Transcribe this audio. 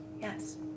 Yes